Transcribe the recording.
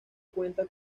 cuenta